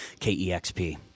KEXP